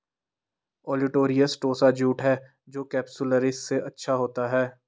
olitorius tossa jute है जो capsularis से अच्छा होता है